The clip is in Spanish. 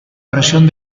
versión